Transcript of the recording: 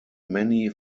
many